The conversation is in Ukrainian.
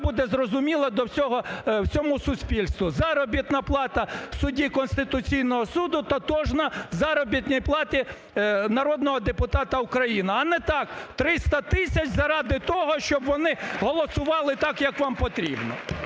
буде зрозуміла всьому суспільству: заробітна плата судді Конституційного Суду тотожна заробітній платі народного депутата України. А не так: 300 тисяч – заради того, щоб вони голосували так, як вам потрібно.